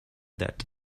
that